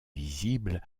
visibles